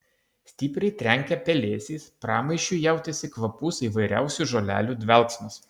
stipriai trenkė pelėsiais pramaišiui jautėsi kvapus įvairiausių žolelių dvelksmas